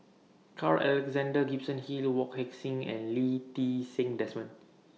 Carl Alexander Gibson Hill Wong Heck Sing and Lee Ti Seng Desmond